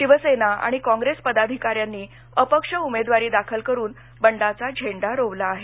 शिवसेना आणि काँग्रेस पदाधिकाऱ्यांनी अपक्ष उमेदवारी दाखल करून बंडाचा झेंडा रोवला आहे